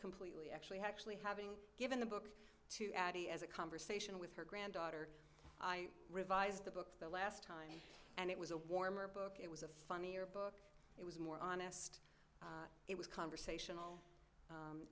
completely actually actually having given the book to addie as a conversation with her granddaughter i revised the book the last time and it was a warmer book it was a funnier book it was more honest it was conversational